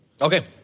Okay